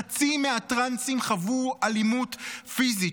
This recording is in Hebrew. חצי מהטרנסים חוו אלימות פיזית.